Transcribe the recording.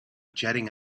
jetting